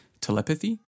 telepathy